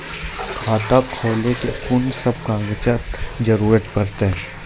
खाता खोलै मे कून सब कागजात जरूरत परतै?